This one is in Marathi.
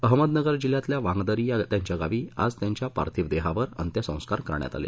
अहमदनगर जिल्ह्यात वांगदरी या त्यांच्या गावी आज त्यांच्या पार्थिव देहावर अंत्यसंस्कार करण्यात आले